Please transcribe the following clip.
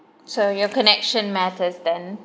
so your connection matters then